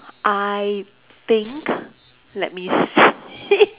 I think let me see